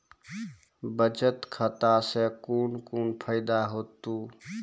बचत खाता सऽ कून कून फायदा हेतु?